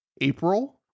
April